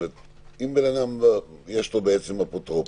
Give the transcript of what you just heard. אם לבן אדם יש אפוטרופוס,